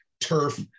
turf